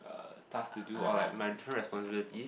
tasks to do or like my true responsibility